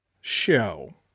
show